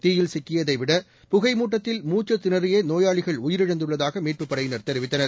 தீயில் சிக்கியதை விட புகைமூட்டத்தில் மூச்சு திணறியே நோயாளிகள் உயிரிழந்துள்ளதாக மீட்பு படையினர் தெரிவித்தனர்